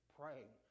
praying